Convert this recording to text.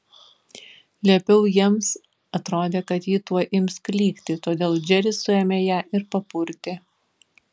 liepiau jiems atrodė kad ji tuoj ims klykti todėl džeris suėmė ją ir papurtė